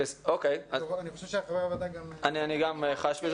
אני גם חש בזה.